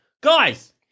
guys